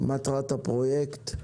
מטרת הפרויקט,